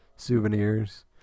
souvenirs